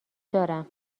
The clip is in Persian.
دارم